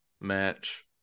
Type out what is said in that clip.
match